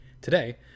Today